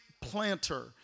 planter